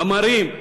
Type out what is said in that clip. המרים,